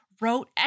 wrote